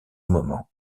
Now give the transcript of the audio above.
moment